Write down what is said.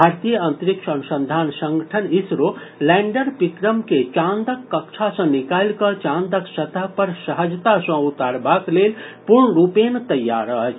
भारतीय अंतरिक्ष अनुसंधान संगठन इसरो लैंडर विक्रम के चांदक कक्षा सॅ निकालि कऽ चांदक सतह पर सहजता सॅ उतारबाक लेल पूर्णरूपेण तैयार अछि